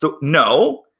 No